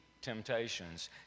temptations